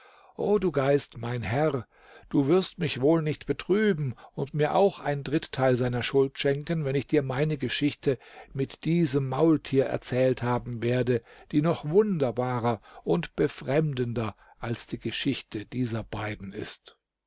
o du geist mein herr du wirst mich wohl nicht betrüben und mir auch ein dritteil seiner schuld schenken wenn ich dir meine geschichte mit diesem maultier erzählt haben werde die noch wunderbarer und befremdender als die geschichte dieser beiden ist